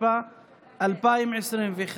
התשפ"א 2021,